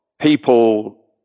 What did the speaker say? people